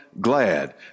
Glad